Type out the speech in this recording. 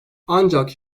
artık